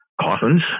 coffins